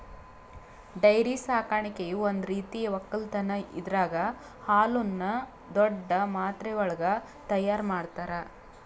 dairy ಸಾಕಾಣಿಕೆಯು ಒಂದ್ ರೀತಿಯ ಒಕ್ಕಲತನ್ ಇದರಾಗ್ ಹಾಲುನ್ನು ದೊಡ್ಡ್ ಮಾತ್ರೆವಳಗ್ ತೈಯಾರ್ ಮಾಡ್ತರ